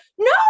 no